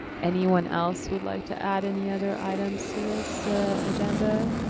anyone else who'd like to add any other items to this agenda?